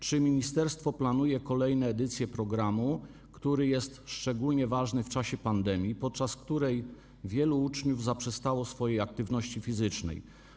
Czy ministerstwo planuje kolejne edycje programu, który jest szczególnie ważny w czasie pandemii, podczas której wielu uczniów zaprzestało aktywności fizycznej?